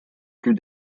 plus